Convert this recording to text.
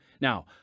Now